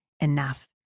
enough